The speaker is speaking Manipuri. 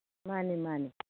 ꯃꯥꯅꯦ ꯃꯥꯅꯦ